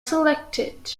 selected